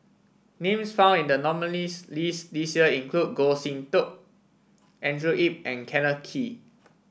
names found in the nominees' list this year include Goh Sin Tub Andrew Yip and Kenneth Kee